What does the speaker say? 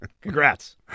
Congrats